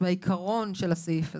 העיקרון של הסעיף הזה,